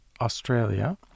Australia